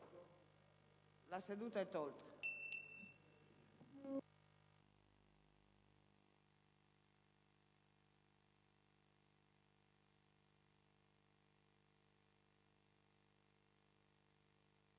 La seduta è tolta